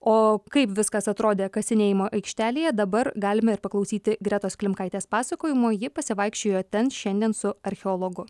o kaip viskas atrodė kasinėjimo aikštelėje dabar galime ir paklausyti gretos klimkaitės pasakojimo ji pasivaikščiojo ten šiandien su archeologu